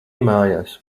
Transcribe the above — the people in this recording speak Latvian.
mājās